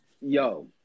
Yo